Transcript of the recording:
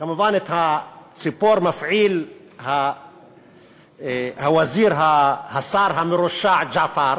כמובן, את הציפור מפעיל הווזיר, השר המרושע ג'אפר,